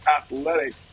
athletic